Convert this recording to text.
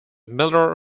miller